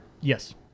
Yes